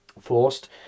forced